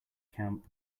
camp